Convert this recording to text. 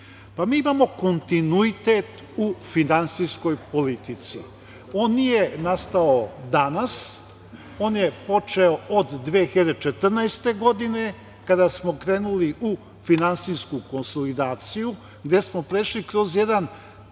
Pa mi imamo kontinuitet u finansijskoj politici. On nije nastao danas, on je počeo od 2014. godine kada smo krenuli u finansijsku konsolidaciju, gde smo prešli kroz jedan